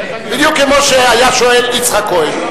בדיוק כמו שהיה שואל יצחק כהן.